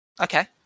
Okay